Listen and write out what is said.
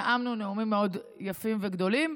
נאמנו נאומים מאוד יפים וגדולים,